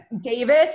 Davis